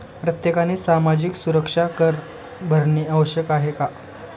प्रत्येकाने सामाजिक सुरक्षा कर भरणे आवश्यक आहे का?